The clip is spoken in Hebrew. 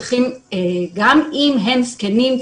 גם אם הם זקנים,